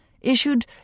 issued